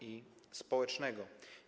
i społecznego.